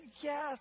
yes